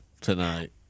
tonight